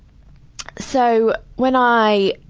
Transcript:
so, when i,